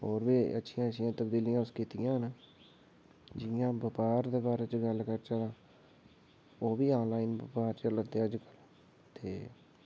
होर बी अच्छियां अच्छियां तबदीलियां उस कीतियां न 'व्यापार दे बारे च गल्ल करचै ओह् बी आनॅलाईन व्यापार चला दे अजकल ते